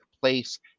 place